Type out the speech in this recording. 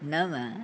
नव